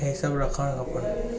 इहे सभ रखणु खपनि